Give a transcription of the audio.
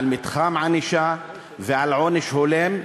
על מתחם ענישה ועל עונש הולם,